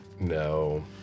No